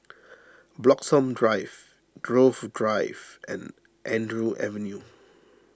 Bloxhome Drive Grove Drive and Andrew Avenue